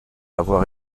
avoir